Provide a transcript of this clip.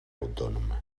autònomes